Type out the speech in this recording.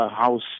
house